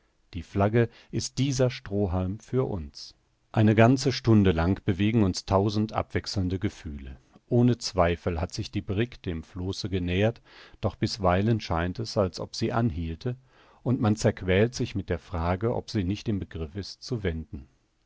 die flagge ist dieser strohhalm für uns eine ganze stunde lang bewegen uns tausend abwechselnde gefühle ohne zweifel hat sich die brigg dem flosse genähert doch bisweilen scheint es als ob sie anhielte und man zerquält sich mit der frage ob sie nicht im begriff ist zu wenden